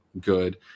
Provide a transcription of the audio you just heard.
good